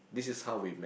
this is how we met